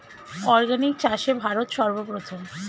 organic চাষে ভারত সর্বপ্রথম